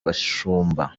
bashumba